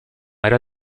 era